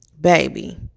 baby